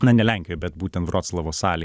na ne lenkijoj bet būtent vroclavo salėj